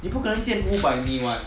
你不可能建五百米 [what]